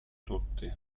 tutti